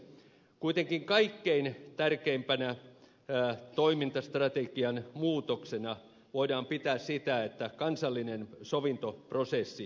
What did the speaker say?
kuitenkin kaikkein tärkeimpänä toimintastrategian muutoksena voidaan pitää sitä että kansallinen sovintoprosessi on aloitettu